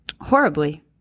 Horribly